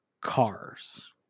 cars